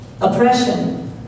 oppression